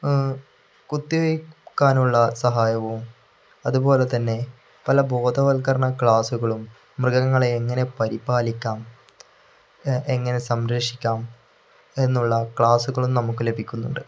കുത്തിവെക്കാനുള്ള സഹായവും അതുപോലെ തന്നെ പല ബോധവൽക്കരണ ക്ലാസ്സുകളും മൃഗങ്ങളെ എങ്ങനെ പരിപാലിക്കാം എങ്ങനെ സംരക്ഷിക്കാം എന്നുള്ള ക്ലാസ്സുകളും നമുക്ക് ലഭിക്കുന്നു